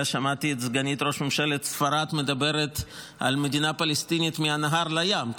אלא שמעתי את סגנית ראש ממשלת ספרד מדברת על מדינה פלסטינית מהנהר לים,